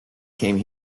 came